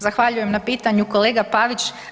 Zahvaljujem na pitanju kolega Pavić.